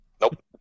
Nope